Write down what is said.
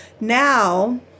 Now